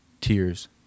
Tears